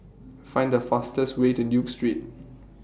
Find The fastest Way to Duke Street